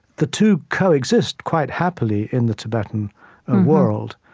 the two coexist quite happily in the tibetan world,